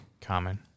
Common